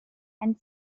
and